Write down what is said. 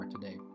today